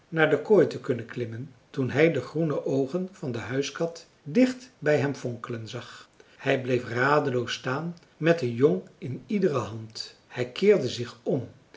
naar de kooi te kunnen klimmen toen hij de groene oogen van de huiskat dicht bij hem fonkelen zag hij bleef radeloos staan met een jong in iedere hand hij keerde zich om